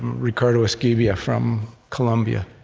ricardo esquivia, from colombia.